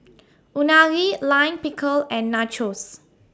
Unagi Lime Pickle and Nachos